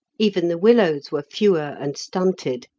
even the willows were fewer and stunted,